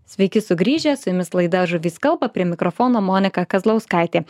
sveiki sugrįžę su jumis laida žuvys kalba prie mikrofono monika kazlauskaitė